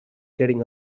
getting